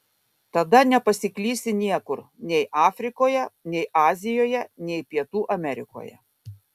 tada nepasiklysi niekur nei afrikoje nei azijoje nei pietų amerikoje